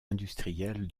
industrielle